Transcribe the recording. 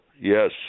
Yes